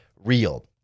real